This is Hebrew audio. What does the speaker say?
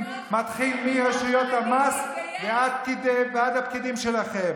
מתחילה מרשויות המס ועד הפקידים שלכם.